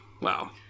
wow